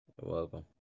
welcome